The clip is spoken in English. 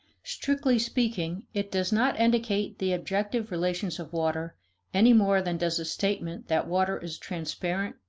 strictly speaking, it does not indicate the objective relations of water any more than does a statement that water is transparent,